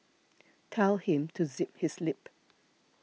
tell him to zip his lip